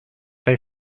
they